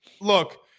look